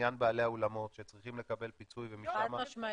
בעניין בעלי האולמות שצריכים לקבל פיצוי ו --- חד משמעי.